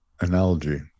analogy